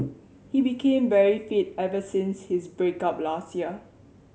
he became very fit ever since his break up last year